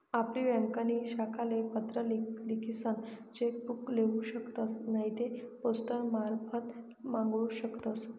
आपली ब्यांकनी शाखाले पत्र लिखीसन चेक बुक लेऊ शकतस नैते पोस्टमारफत मांगाडू शकतस